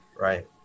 right